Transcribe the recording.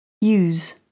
Use